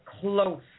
close